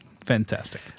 fantastic